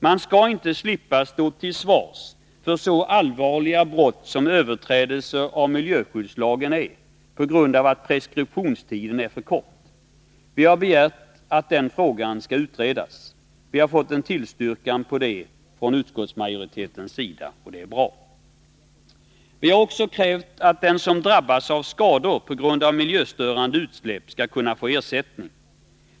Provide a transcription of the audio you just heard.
Man skall inte slippa stå till svars för så allvarliga brott som överträdelser av miljöskyddslagen på grund av att preskriptionstiden är för kort. Vi har begärt att den frågan utreds. Det har utskottsmajoriteten tillstyrkt, och det är bra. Vi har också krävt att den som drabbas av skada på grund av miljöstörande utsläpp skall kunna få ersättning.